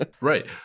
Right